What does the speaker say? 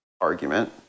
argument